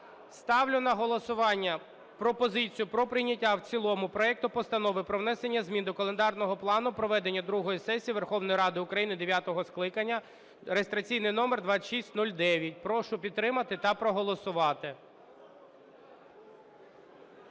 Ставлю на голосування пропозицію про прийняття в цілому проекту Постанови про внесення змін до календарного плану проведення другої сесії Верховної Ради України дев'ятого скликання (реєстраційний номер 2609). Прошу підтримати та проголосувати.